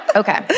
okay